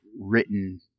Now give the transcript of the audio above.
written